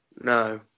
No